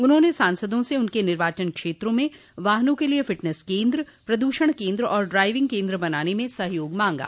उन्होंने सांसदों से उनके निर्वाचन क्षेत्रों में वाहनों के लिए फिटनैस केन्द्र प्रदूषण केन्द्र और ड्राइविंग केन्द्र बनाने में सहयोग मांगा